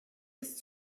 ist